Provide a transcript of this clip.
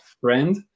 friend